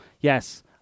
Yes